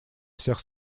всех